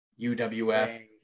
uwf